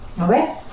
Okay